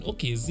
Okay